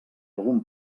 algun